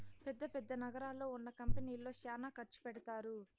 పెద్ద పెద్ద నగరాల్లో ఉన్న కంపెనీల్లో శ్యానా ఖర్చు పెడతారు